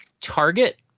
Target